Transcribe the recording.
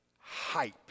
hype